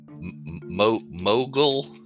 Mogul